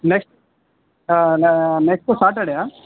next ಹಾಂ next Saturday ಹಾಂ